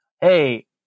hey